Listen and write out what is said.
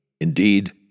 indeed